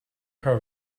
her